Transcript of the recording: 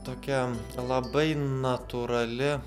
tokia labai natūrali